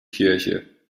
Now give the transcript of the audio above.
kirche